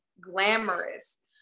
glamorous